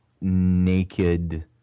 naked